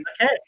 okay